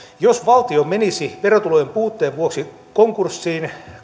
jos valtio menisi verotulojen puutteen vuoksi konkurssiin